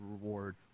reward